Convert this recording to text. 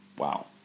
Wow